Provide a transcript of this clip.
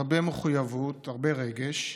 הרבה מחויבות, הרבה רגש,